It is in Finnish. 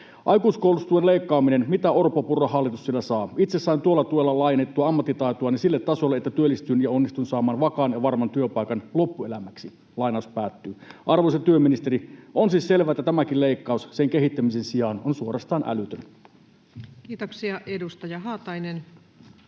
”Aikuiskoulutustuen leikkaaminen, mitä Orpon—Purran hallitus sillä saa? Itse sain tuolla tuella laajennettua ammattitaitoani sille tasolle, että työllistyin ja onnistuin saaman vakaan ja varman työpaikan loppuelämäksi.” Arvoisa työministeri, on siis selvää, että tämäkin leikkaus sen kehittämisen sijaan on suorastaan älytön. Kiitoksia. — Edustaja Haatainen.